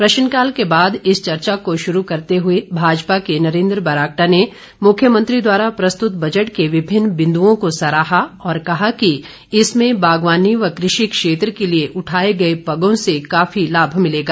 प्रश्नकाल के बाद इस चर्चा को शुरू करते हुए भाजपा के नरेन्द्र बरागटा ने मुख्यमंत्री द्वारा प्रस्तुत बजट के विभिन्न बिन्दुओं को सराहा और कहा कि इसमें बागवानी व कृषि क्षेत्र के लिए उठाए गए पगों से काफी लाभ मिलेगा